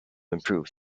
improve